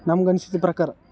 ನಮ್ಗೆ ಅನ್ಸಿದ ಪ್ರಕಾರ